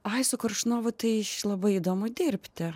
ai su koršunovu tai labai įdomu dirbti